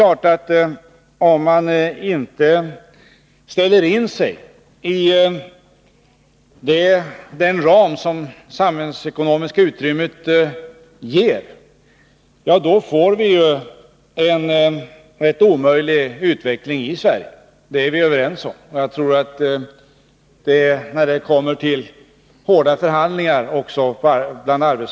Om vi inte ställer in oss på den ram som det samhällsekonomiska utrymmet medger, då får vi självfallet en omöjlig utveckling i Sverige. Det är vi överens om. Jag tror också att arbetsmarknadens parter, när det kommer till hårda förhandlingar, inser det.